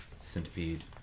centipede